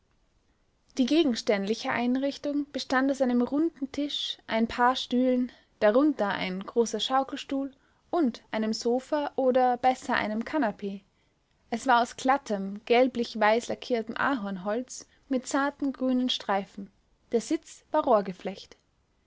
die gegenständliche einrichtung bestand aus einem runden tisch ein paar stühlen darunter ein großer schaukelstuhl und einem sofa oder besser einem kanapee es war aus glattem gelblich weiß lackiertem ahornholz mit zarten grünen streifen der sitz